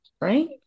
right